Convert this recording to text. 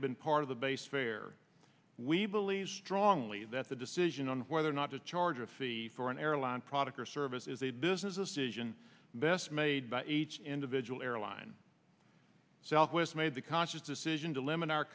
have been part of the base fare we believe strongly that the decision on whether or not to charge a fee for an airline product or service is a business decision best made by h individual airline southwest made the conscious decision to limit our